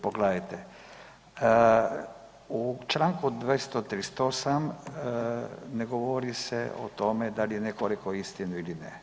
Pogledajte, u čl. 238. ne govori se o tome da li je netko rekao istinu ili ne.